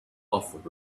offered